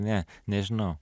ne nežinau